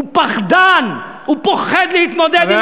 הוא פחדן, הוא פוחד להתמודד עם המציאות.